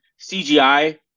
CGI